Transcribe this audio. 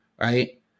right